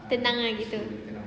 tenang ah gitu